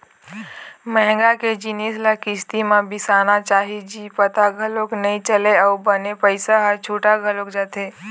महँगा के जिनिस ल किस्ती म बिसाना चाही जी पता घलोक नइ चलय अउ बने पइसा ह छुटा घलोक जाथे